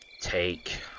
take